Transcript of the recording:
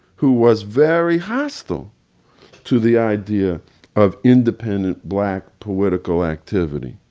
who was very hostile to the idea of independent black political activity.